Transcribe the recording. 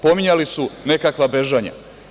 Pominjali su nekakva bežanja.